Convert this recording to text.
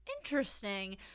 Interesting